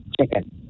chicken